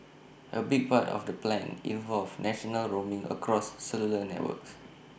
A big part of the plan involves national roaming across cellular networks